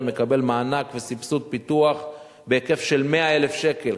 מקבל מענק וסבסוד פיתוח בהיקף של 100,000 שקל.